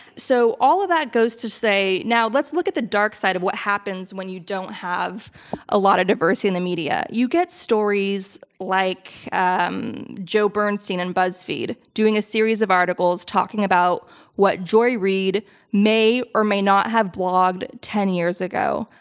so all of that goes to say now let's look at the dark side of what happens when you don't have a lot of diversity in the media you get stories like um joe bernstein and buzzfeed doing a series of articles talking about what joy reid may or may not have blogged ten years ago,